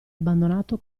abbandonato